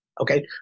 Okay